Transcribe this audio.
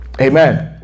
Amen